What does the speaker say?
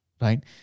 right